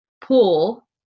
pool